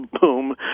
boom